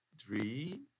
Three